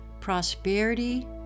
prosperity